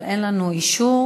אבל אין לנו אישור